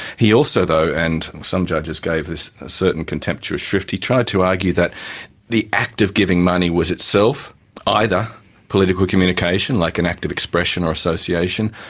he also though, and some judges gave this a certain contemptuous shrift, he tried to argue that the act of giving money was itself either political communication like an act of expression or association,